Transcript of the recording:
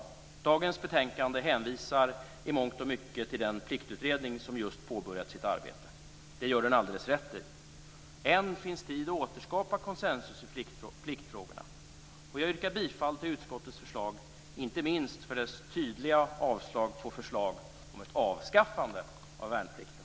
I dagens betänkande hänvisar man i mångt och mycket till den pliktutredning som just påbörjat sitt arbete. Det gör man alldeles rätt i. Än finns tid att återskapa koncensus i pliktfrågorna, och jag yrkar bifall till utskottets hemställan, inte minst för dess tydliga avslag på ett förslag om avskaffande av värnplikten.